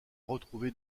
retrouvé